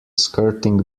skirting